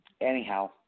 anyhow